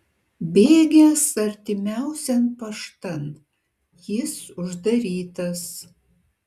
bėgęs artimiausian paštan jis uždarytas